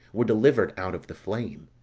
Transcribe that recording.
were delivered out of the flame.